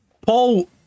Paul